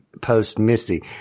post-Missy